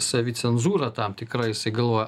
savicenzūra tam tikra jisai galvoja